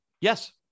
Yes